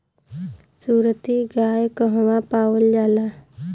सुरती गाय कहवा पावल जाला?